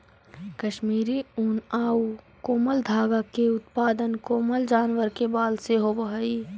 कश्मीरी ऊन आउ कोमल धागा के उत्पादन कोमल जानवर के बाल से होवऽ हइ